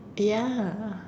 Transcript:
ya